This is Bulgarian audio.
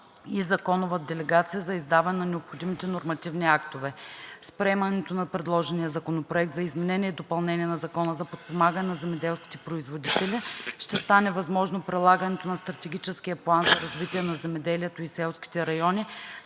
и законова делегация за издаване на необходимите нормативни актове. С приемането на предложения Законопроект за изменение и допълнение на Закона за подпомагане на земеделските производители ще стане възможно прилагането на Стратегическия план за развитие на земеделието и селските райони